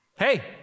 Hey